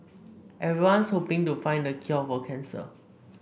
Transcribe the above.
everyone's hoping to find the cure for cancer